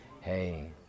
Hey